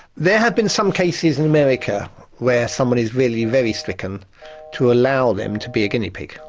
there have been some cases in america where somebody's really very stricken to allow them to be a guinea pig,